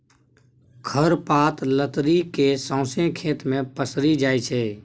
खर पात लतरि केँ सौंसे खेत मे पसरि जाइ छै